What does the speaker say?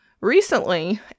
Recently